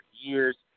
years